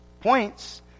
points